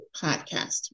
podcast